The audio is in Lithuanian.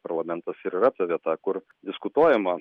parlamentas ir yra ta vieta kur diskutuojama